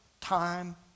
time